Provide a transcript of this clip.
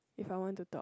if I want to talk